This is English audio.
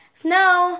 snow